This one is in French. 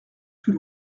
plus